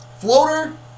floater